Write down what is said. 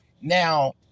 Now